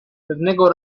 pewnego